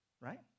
right